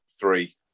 three